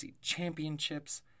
championships